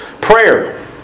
prayer